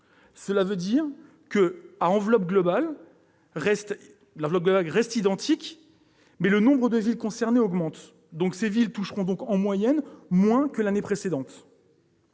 Cela signifie que l'enveloppe globale reste identique, mais que le nombre de villes concernées augmente. Ces villes toucheront donc, en moyenne, moins que l'année précédente.